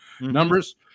numbers